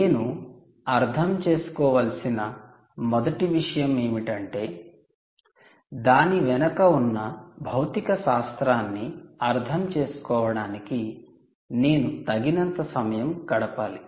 నేను అర్థం చేసుకోవలసిన మొదటి విషయం ఏమిటంటే దాని వెనుక ఉన్న భౌతిక శాస్త్రాన్ని అర్థం చేసుకోవడానికి నేను తగినంత సమయం గడపాలి